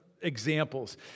examples